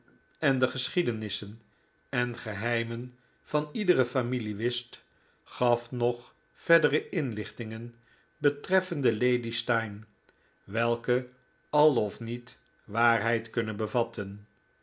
de geschiedenissen en geheimen van iedere familie wist gaf nog verdere inlichtingen betreffende lady steyne welke al of niet waarheid kunnen bevatten